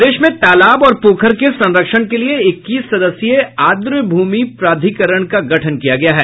प्रदेश में तालाब और पोखर के संरक्षण के लिए इक्कीस सदस्यीय आर्द्र भूमि प्राधिकरण का गठन किया गया है